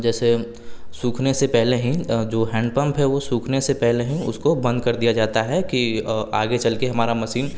जैसे सूखने से पहले ही जो हैंड पंप है वह सूखने से पहले ही उसको बंद कर दिया जाता है कि आगे चलकर हमारा मसीन